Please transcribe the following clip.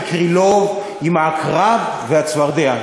הוא מזכיר לי ממש את המשל של קרילוב על העקרב והצפרדע.